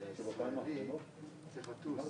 היום יום 10 בפברואר 2021, כ"ח בשבט התשפ"א.